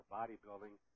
bodybuilding